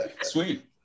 Sweet